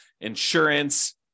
insurance